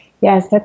Yes